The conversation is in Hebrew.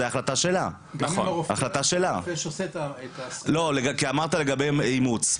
זו החלטה שלה --- כי אמרת לגבי אימוץ.